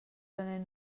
prenent